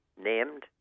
named